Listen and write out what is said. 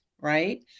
Right